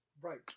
Right